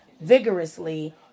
vigorously